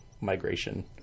migration